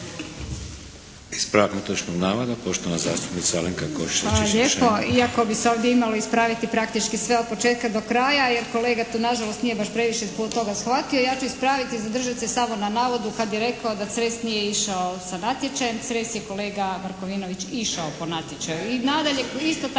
Ispravak netočnog navoda, poštovana zastupnica Alenka Košiša